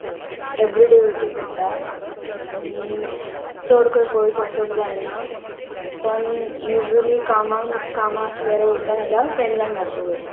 everyday वयचे पडटा आनी चड खंय पयस वोसप जायना पण युजली कामाक कामां आसल्यार वयता नाल्या फ्रेंड्सांक मेळपाक वयता